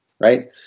right